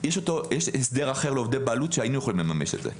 יש הסדר אחר לעובדי בעלות שהיינו יכולים לממש את זה.